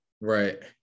Right